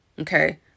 Okay